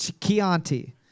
Chianti